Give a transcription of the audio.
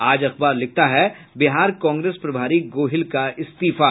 आज अखबार लिखता है बिहार कांग्रेस प्रभारी गोहिल का इस्तीफा